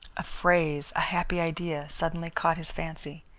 a phrase, a happy idea, suddenly caught his fancy.